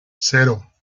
cero